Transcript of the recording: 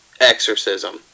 exorcism